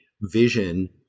vision